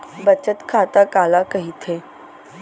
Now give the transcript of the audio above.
बचत खाता काला कहिथे?